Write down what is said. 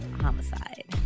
homicide